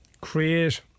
create